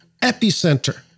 epicenter